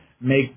make